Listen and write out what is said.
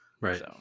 Right